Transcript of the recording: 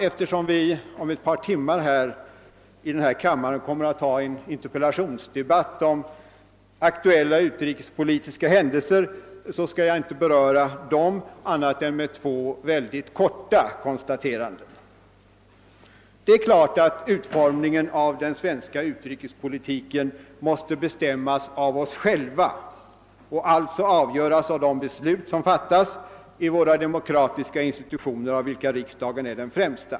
Eftersom vi om ett par timmar i denna kammare kommer att ha en interpellationsdebatt om aktuella utrikespolitiska händelser, skall jag inte beröra dem annat än med två korta konstateranden. Det är klart att utformningen av den svenska utrikespolitiken måste bestämmas av oss själva och alltså avgöras av de beslut som fattas i våra demokratiska institutioner, av vilka riksdagen är den främsta.